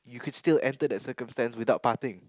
you can still end the circumstance without parting